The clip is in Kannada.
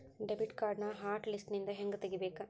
ಡೆಬಿಟ್ ಕಾರ್ಡ್ನ ಹಾಟ್ ಲಿಸ್ಟ್ನಿಂದ ಹೆಂಗ ತೆಗಿಬೇಕ